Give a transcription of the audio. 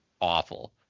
awful